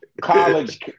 college